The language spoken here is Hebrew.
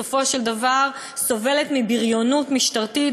בסופו של דבר סובלת מבריונות משטרתית,